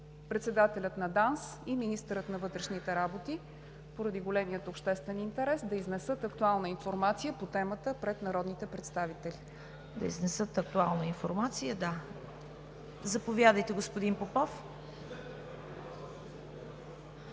председателят на ДАНС и министърът на вътрешните работи и поради големия обществен интерес да изнесат актуална информация по темата пред народните представители. ПРЕДСЕДАТЕЛ ЦВЕТА КАРАЯНЧЕВА: Заповядайте, господин Попов.